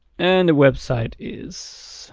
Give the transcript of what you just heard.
and the website is.